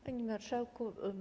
Panie Marszałku!